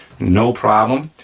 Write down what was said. no problem,